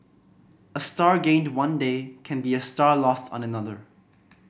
a star gained one day can be a star lost on another